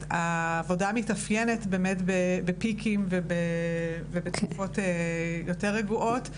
שהעבודה מתאפיינת בפיקים ובתקופות יותר רגועות.